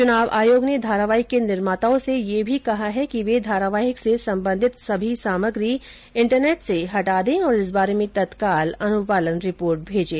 चुनाव आयोग ने धारावाहिक के निर्माताओं से यह भी कहा है कि वे धारावाहिक से संबंधित सभी सामग्री इंटरनेट से हटा दें और इस बारे में तत्काल अनुपालन रिपोर्ट भेजें